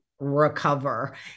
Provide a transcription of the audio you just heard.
recover